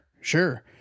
sure